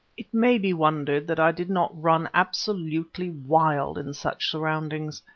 it may be wondered that i did not run absolutely wild in such surroundings,